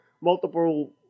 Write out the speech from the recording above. multiple